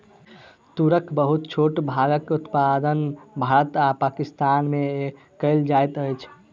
तूरक बहुत छोट भागक उत्पादन भारत आ पाकिस्तान में कएल जाइत अछि